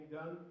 done